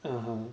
(uh huh)